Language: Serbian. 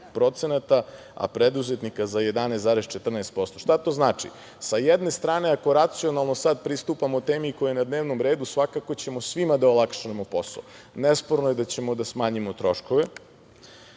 19,94% a, preduzetnika za 11,14%. Šta to znači? Sa jedne strane ako racionalno sada pristupamo temi koja je na dnevnom redu, svakako ćemo svima da olakšamo posao. Nesporno je da ćemo da smanjimo troškove. Ono